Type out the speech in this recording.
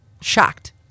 shocked